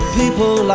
people